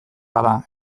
bada